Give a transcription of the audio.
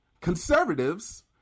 conservatives